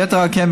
יתר על כן,